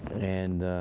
and